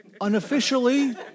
Unofficially